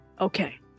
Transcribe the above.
Okay